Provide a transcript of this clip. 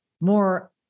more